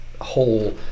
whole